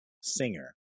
singer